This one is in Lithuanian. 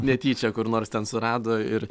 netyčia kur nors ten surado ir